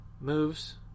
moves